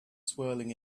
swirling